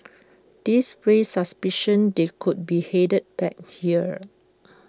this raised suspicion they could be headed back here